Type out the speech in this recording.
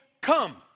come